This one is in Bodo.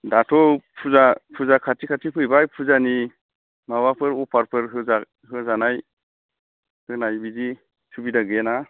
दाथ' फुजा फुजा खाथि खाथि फैबाय फुजानि माबाफोर अफारफोर होजानाय होनाय बिदि सुबिदा गैयाना